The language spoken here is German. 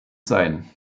sein